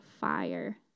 fire